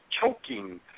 choking